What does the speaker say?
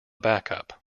backup